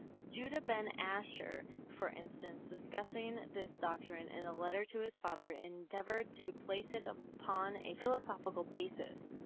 juda ben asher for instance, discussing this doctrine and letter to his father endeavored to place it um upon a philosophical basis.